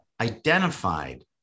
identified